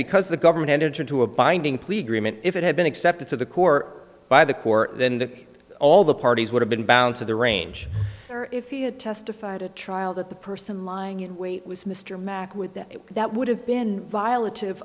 because the government entered into a binding plea agreement if it had been accepted to the core by the court then that all the parties would have been bound to the range or if he had testified at trial that the person lying in wait was mr mack with that would have been violet